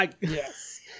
Yes